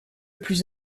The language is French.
plus